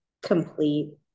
complete